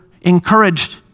encouraged